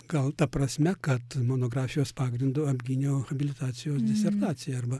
gal ta prasme kad monografijos pagrindu apgyniau habilitacijos disertaciją arba